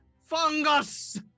fungus